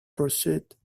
pursuit